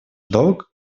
долг